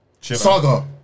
Saga